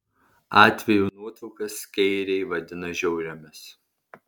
atvejų nuotraukas skeiriai vadino žiauriomis